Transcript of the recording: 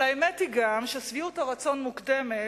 אבל האמת היא גם ששביעות הרצון מוקדמת,